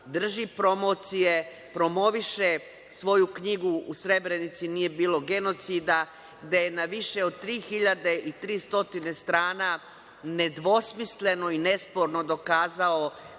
drži promocije, promoviše svoju knjigu „U Srebrenici nije bilo genocida“, gde je na više od 3.300 strana nedvosmisleno i nesporno dokazao